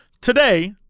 today